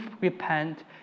repent